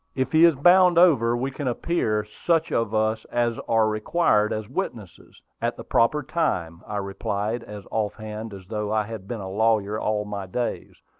if he is bound over, we can appear, such of us as are required as witnesses, at the proper time, i replied, as off-hand as though i had been a lawyer all my days.